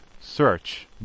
search